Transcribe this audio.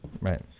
Right